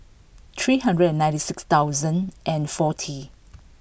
three hundred and ninety six thousand and forty